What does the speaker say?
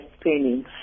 training